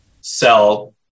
sell